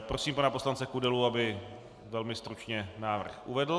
Prosím pana poslance Kudelu, aby velmi stručně návrh uvedl.